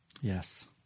Yes